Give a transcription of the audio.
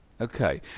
okay